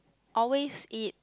always eat